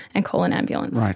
and call an ambulance. right.